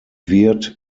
wird